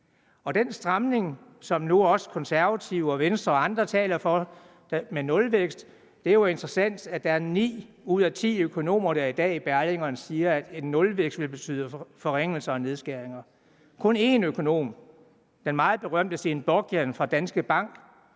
den stramning, som Konservative, Venstre og andre nu også taler for, med nulvækst, er det jo interessant, at der er ni ud af ti økonomer, der i dag i Berlingeren siger, at en nulvækst vil betyde forringelser og nedskæringer. Kun én økonom, nemlig den meget berømte Steen Bocian fra Danske Bank,